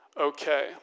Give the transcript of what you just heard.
okay